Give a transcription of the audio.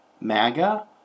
MAGA